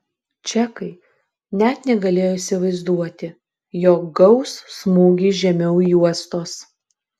čekai net negalėjo įsivaizduoti jog gaus smūgį žemiau juostos